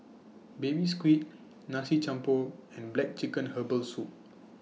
Baby Squid Nasi Campur and Black Chicken Herbal Soup